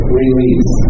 release